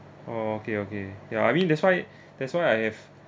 oh okay okay ya I mean that's why that's why I've